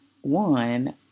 one –